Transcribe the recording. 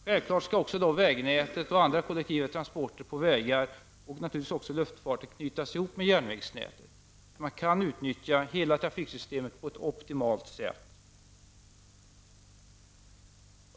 Självfallet skall också vägnätet och kollektiva transporter på vägar, och naturligtvis också luftfarten, knytas ihop med järnvägsnätet så att man kan utnyttja hela trafiksystemet på ett optimalt sätt.